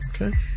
Okay